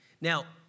Now